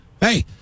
hey